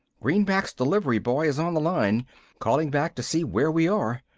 greenback's delivery boy is on the line calling back to see where we are.